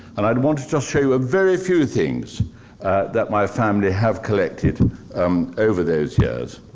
and i'd want to just show you a very few things that my family have collected um over those years.